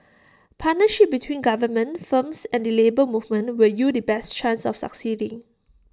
partnership between government firms and the Labour Movement will yield the best chance of succeeding